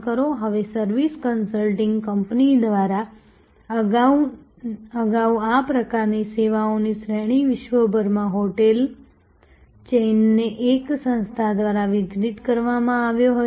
હવે service consulting company દ્વારા અગાઉ આ પ્રકારની સેવાઓની શ્રેણી વિશ્વભરમાં હોટેલ ચેઇનને એક સંસ્થા દ્વારા વિતરિત કરવામાં આવી હશે